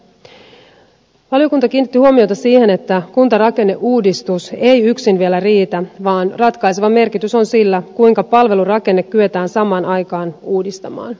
valiokunta kiinnitti huomiota siihen että kuntarakenneuudistus ei yksin vielä riitä vaan ratkaiseva merkitys on sillä kuinka palvelurakenne kyetään samaan aikaan uudistamaan